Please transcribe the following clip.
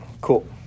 cool